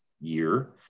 year